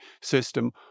system